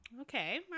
okay